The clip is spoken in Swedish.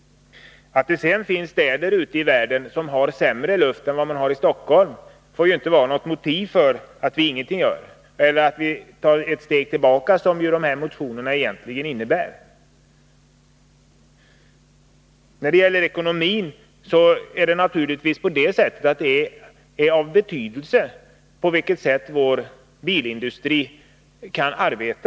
Att det finns städer ute i världen som har sämre luft än Stockholm får inte utgöra något motiv för att ingenting göra eller för att ta ett steg tillbaka, vilket de moderata motionerna egentligen innebär. När det gäller ekonomin, så är det naturligtvis av betydelse på vilket sätt vår bilindustri kan arbeta.